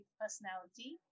personality